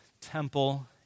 temple